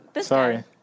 Sorry